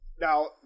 Now